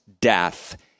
death